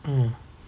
mm